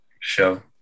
show